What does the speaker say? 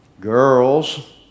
Girls